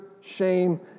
shame